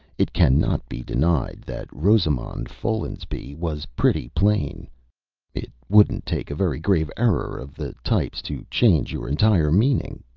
it cannot be denied that rosamond follansbee was pretty plain it wouldn't take a very grave error of the types to change your entire meaning.